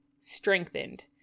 strengthened